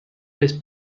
les